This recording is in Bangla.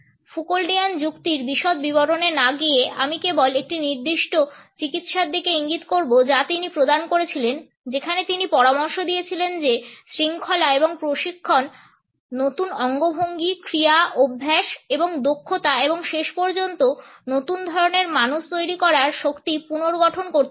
ফুকোল্ডিয়ান যুক্তির বিশদ বিবরণে না গিয়ে আমি কেবল একটি নির্দিষ্ট চিকিৎসার দিকে ইঙ্গিত করব যা তিনি প্রদান করেছিলেন যেখানে তিনি পরামর্শ দিয়েছিলেন যে শৃঙ্খলা এবং প্রশিক্ষণ নতুন অঙ্গভঙ্গি ক্রিয়া অভ্যাস এবং দক্ষতা এবং শেষ পর্যন্ত নতুন ধরণের মানুষ তৈরি করার শক্তি পুনর্গঠন করতে পারে